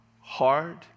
hard